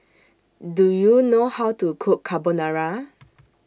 Do YOU know How to Cook Carbonara